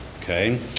okay